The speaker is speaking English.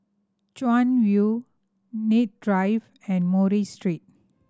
Chuan View Kent Drive and Murray Street